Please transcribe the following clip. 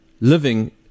living